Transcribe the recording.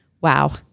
Wow